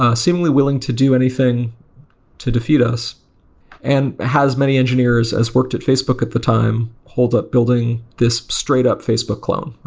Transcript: ah seemingly will ing to do anything to defeat us and has many engineers that has worked at facebook at the time hold up building this straight up facebook clone.